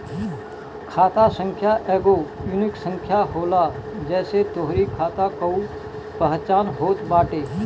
खाता संख्या एगो यूनिक संख्या होला जेसे तोहरी खाता कअ पहचान होत बाटे